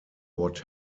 what